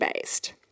based